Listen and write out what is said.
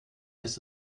ist